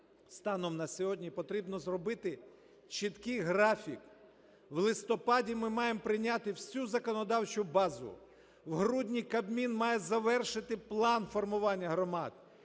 станом на сьогодні потрібно зробити чіткий графік: у листопаді ми маємо прийняти всю законодавчу базу, в грудні Кабмін має завершити план формування громад,